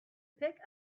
pick